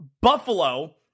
Buffalo